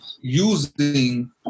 using